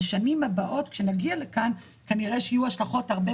בשנים הבאות כשנגיע לכאן כנראה שיהיו השלכות הרבה